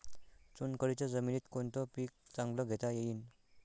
चुनखडीच्या जमीनीत कोनतं पीक चांगलं घेता येईन?